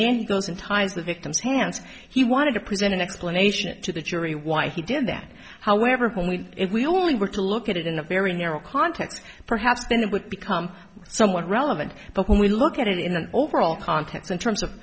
then he goes and ties the victim's hands he wanted to present an explanation to the jury why he did that however when we if we only were to look at it in a very narrow context perhaps then it would become somewhat relevant but when we look at it in an overall context in terms of